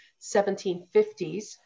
1750s